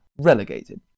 relegated